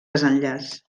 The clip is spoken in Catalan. desenllaç